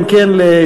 אם כן,